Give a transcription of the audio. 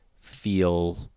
feel